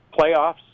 playoffs